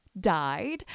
died